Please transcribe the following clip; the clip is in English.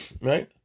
right